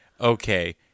okay